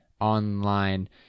Online